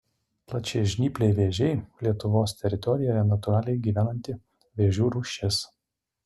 plačiažnypliai vėžiai lietuvos teritorijoje natūraliai gyvenanti vėžių rūšis